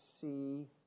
see